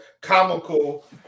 comical